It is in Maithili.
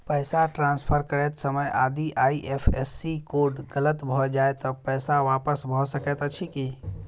पैसा ट्रान्सफर करैत समय यदि आई.एफ.एस.सी कोड गलत भऽ जाय तऽ पैसा वापस भऽ सकैत अछि की?